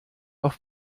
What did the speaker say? auf